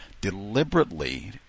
deliberately